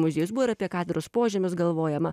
muziejus buvo ir apie katedros požemius galvojama